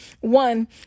one